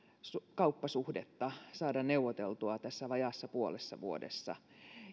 kauppasuhdetta saada neuvoteltua tässä vajaassa puolessa vuodessa